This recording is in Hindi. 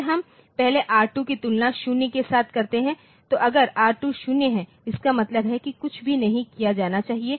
फिर हम पहले R2 की तुलना 0 के साथ करते हैं तो अगर R2 0 है इसका मतलब है कि कुछ भी नहीं किया जाना चाहिए